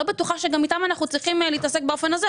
אני לא בטוחה שגם איתם אנחנו צריכים להתעסק באופן הזה,